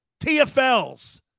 TFLs